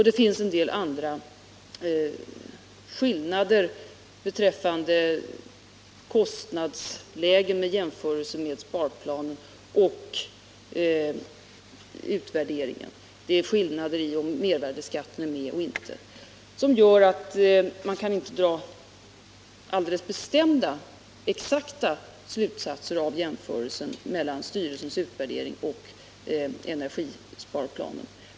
Det finns en del andra skillnader beträffande kostnadslägen —t.ex. om mervärdeskatt är med eller inte — som gör att man inte kan dra alldeles exakta slutsatser av jämförelsen mellan styrelsens utvärdering och energisparplanen.